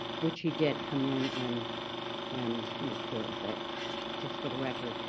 which he did come in and and make good. but just for the record,